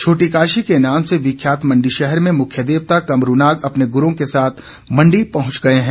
छोटी काशी के नाम से विख्यात मंडी शहर में मुख्य देवता कमरूनाग अपने गुरों के साथ मंडी पहुंच गए हैं